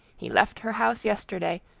he left her house yesterday,